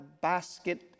basket